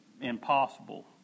impossible